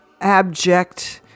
abject